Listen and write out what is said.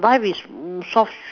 life is mm soft